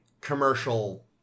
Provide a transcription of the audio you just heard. commercial